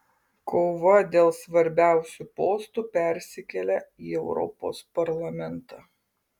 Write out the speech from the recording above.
kova dėl svarbiausių postų persikelia į europos parlamentą